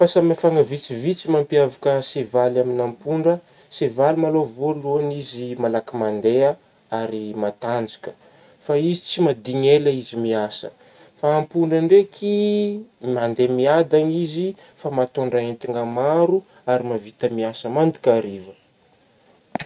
Fahasamihafana vitsivitsy mampiavaka sevaly amin'gna ampondra, sevaly ma aloha voalohany izy malaky mandeha ary matanjaka fa izy tsy maha digny ela izy miasa ,fa ampondra ndraiky mandeha miadagna izy fa mahatondra entagna maro ary mahavita miasa mandika hariva.